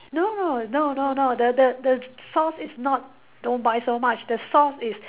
no no no no no the the the source is not don't buy so much the source is